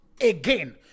again